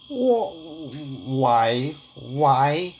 !wah! why why